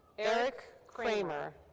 erik kramer.